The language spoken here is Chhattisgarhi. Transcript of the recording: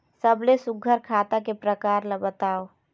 सबले सुघ्घर खाता के प्रकार ला बताव?